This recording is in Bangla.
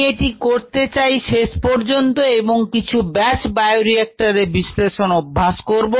আমি এটি করতে চাই শেষ পর্যন্ত এবং কিছু ব্যাচ বায়োরিএক্টরের বিশ্লেষণে অভ্যাস করব